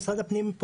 במשרד הפנים,